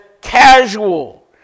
casual